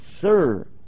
Sir